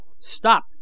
Stop